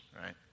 right